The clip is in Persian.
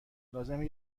لازمه